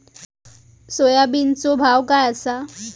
सोयाबीनचो भाव काय आसा?